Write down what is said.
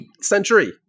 century